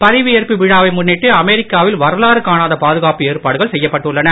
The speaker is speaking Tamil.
பதவி ஏற்பு விழாவை முன்னிட்டு அமெரிக்காவில் வரலாறு காணாத பாதுகாப்பு ஏற்பாடுகள் செய்யப்பட்டுள்ளன